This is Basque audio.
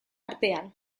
artean